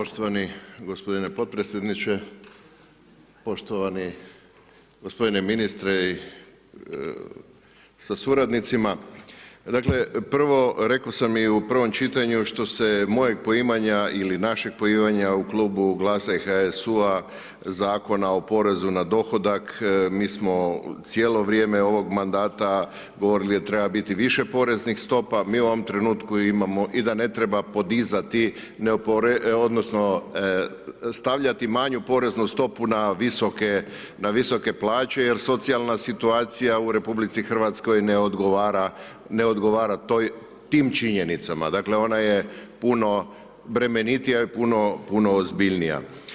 Poštovani gospodine potpredsjedniče, poštovani gospodine ministre sa suradnicima, dakle, prvo reko sam i u prvom čitanju što se mojeg poimanja ili našeg poimanja u Klubu GLAS-a i HSU-a, Zakona o porezu na dohodak, mi smo cijelo vrijeme ovog mandata govorili da treba biti više poreznih stopa mi u ovom trenutku imamo i da ne treba podizati odnosno stavljati manju poreznu stopu na visoke plaće jer socijalna situacija u RH ne odgovara tim činjenicama dakle, ona je puno bremenitija i puno ozbiljnija.